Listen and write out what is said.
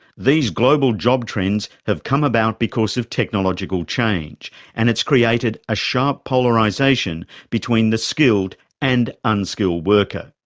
these global job trends have come about because of technological change and it's created a sharp polarisation between the skilled and unskilled worker.